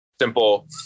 simple